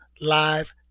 live